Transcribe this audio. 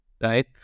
right